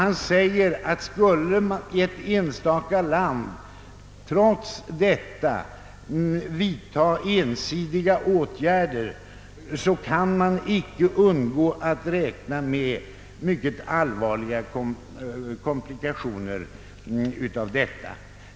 Det säges att om något enstaka land trots detta skulle vidta ensidiga åtgärder kan man inte undgå att räkna med mycket allvarliga komplikationer.